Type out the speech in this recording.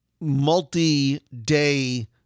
multi-day